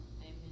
Amen